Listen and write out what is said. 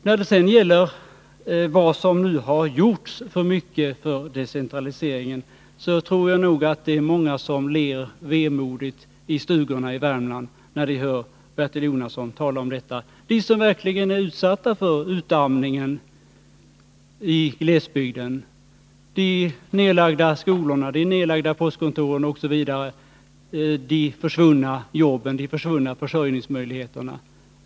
När det sedan gäller allt det som gjorts för decentralisering tror jag att det är många som ler vemodigt i stugorna i Värmland när de hör Bertil Jonasson tala om detta — de människor som verkligen är utsatta för utarmningen i glesbygden, de nedlagda skolorna och postkontoren, de försvunna jobben och försörjningsmöjligheterna.